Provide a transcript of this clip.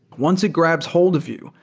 once it grabs hold of you,